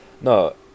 No